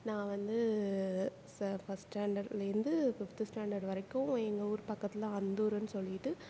நான் வந்து ச ஃபர்ஸ்ட் ஸ்டாண்டர்டுலேருந்து ஃபிஃப்த்து ஸ்டாண்டர்ட் வரைக்கும் எங்கள் ஊர் பக்கத்தில் அந்தூருன்னு சொல்லிவிட்டு